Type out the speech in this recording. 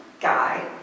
guy